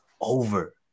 over